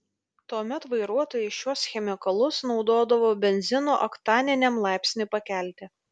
tuomet vairuotojai šiuos chemikalus naudodavo benzino oktaniniam laipsniui pakelti